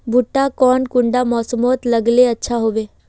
भुट्टा कौन कुंडा मोसमोत लगले अच्छा होबे?